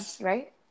right